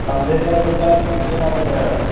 کم سے کم پچاس پیس لینا پڑے غا